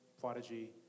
Prodigy